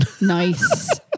Nice